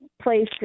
place